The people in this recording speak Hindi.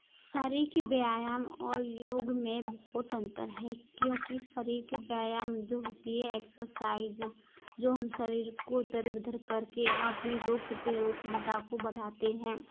शरीर की व्यायाम और योग में बहुत अंतर है क्योंकि शरीर की व्यायाम जो होती है एक्सर्साइज जो हम शरीर को तर विधर कर के व अपनी रोग प्रतिरोध क्षमता को बढ़ाते हैं